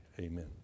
Amen